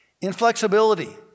Inflexibility